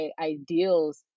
ideals